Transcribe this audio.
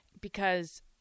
because-